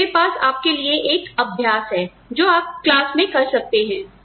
तो मेरे पास आपके लिए एक अभ्यास है जो आप क्लास में कर सकते हैं